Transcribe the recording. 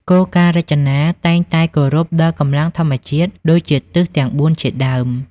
គោលការណ៍រចនា តែងតែគោរពដល់កម្លាំងធម្មជាតិ ដូចជាទិសទាំងបួនជាដើម។